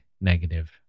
negative